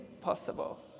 possible